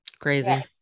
crazy